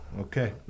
Okay